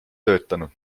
töötanud